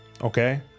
okay